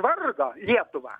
vargo lietuvą